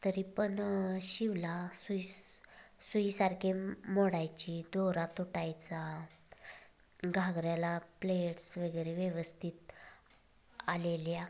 तरीपण शिवला सुई स सुईसारखी मोडायची दोरा तुटायचा घागऱ्याला प्लेट्स वगैरे व्यवस्थित आलेल्या